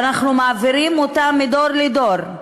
ואנחנו מעבירים אותה מדור לדור,